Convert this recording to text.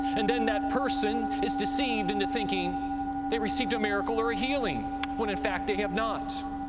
and then that person is deceived into thinking they received a miracle or a healing when, in fact, they have not.